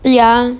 ya